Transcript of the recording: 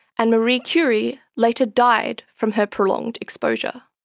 and marie curie later died from her prolonged exposure.